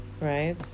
right